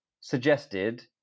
suggested